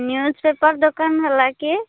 newspaper ଦୋକାନବାଲା କି